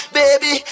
baby